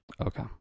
Okay